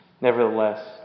Nevertheless